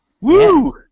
Woo